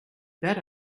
bet